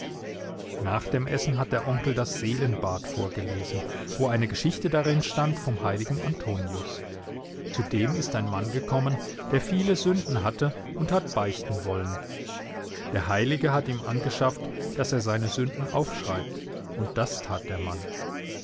nach dem essen hat der onkel das seelenbad vorgelesen wo eine geschichte darin stand vom heiligen antonius zu dem ist ein mann gekommen der viele sünden hatte und hat beichten wollen der heilige hat ihm angeschafft daß er seine sünden aufschreibt und das tat der mann